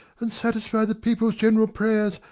and satisfy the people's general prayers,